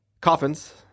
coffins